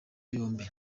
yombi